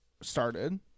started